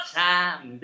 time